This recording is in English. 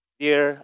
dear